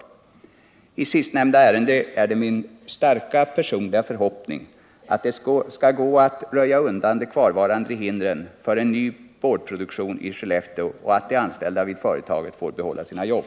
I sistnämnda ärende är det min starka personliga förhoppning att det skall gå att röja undan de kvarvarande hindren för en ny boardproduktion i Skellefteå och att de anställda vid företaget får behålla sina jobb.